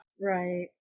Right